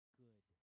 good